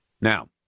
Now